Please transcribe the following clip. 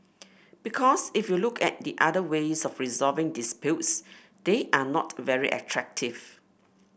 because if you look at the other ways of resolving disputes they are not very attractive